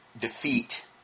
defeat